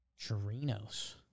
Chirinos